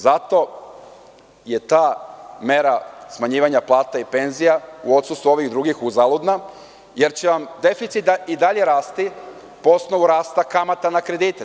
Zato je ta mera smanjivanja plata i penzija u odsustvu ovih drugih uzaludna, jer će vam deficit i dalje rasti po osnovu rasta kamata na kredite.